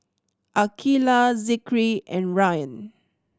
Aqilah Zikri and Ryan